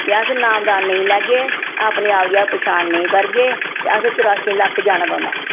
जे अस नाम दान नेईं लैगे अपने आप दी अस पछान नेईं करगे ते असें चौरासी लक्ख जाने पौंदा